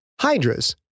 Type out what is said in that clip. Hydras